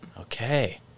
Okay